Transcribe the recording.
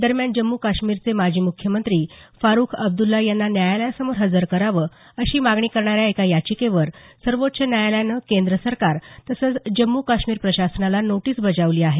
दरम्यान जम्मू काश्मीरचे माजी मुख्यमंत्री फारुख अब्दुल्ला यांना न्यायालयासमोर हजर करावं अशी मागणी करणाऱ्या एका याचिकेवर सर्वोच्च न्यायालयानं केंद्र सरकार तसंच जम्मू काश्मीर प्रशासनाला नोटीस बजावली आहे